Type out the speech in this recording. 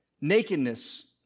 Nakedness